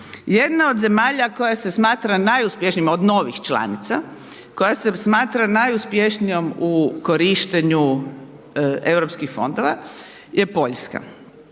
Jedna od zemalja koja se smatra najuspješnijim, od novih članica, koja se smatra najuspješnijom u korištenju Europskih fondova je Poljska.